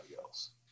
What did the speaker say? else